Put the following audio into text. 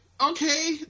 okay